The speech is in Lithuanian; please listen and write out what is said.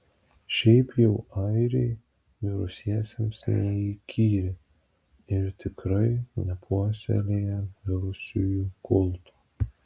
šiaip jau airiai mirusiesiems neįkyri ir tikrai nepuoselėja mirusiųjų kulto